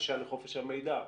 הבקשה לחופש המידע,